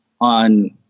on